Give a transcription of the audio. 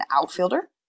outfielder